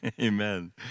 Amen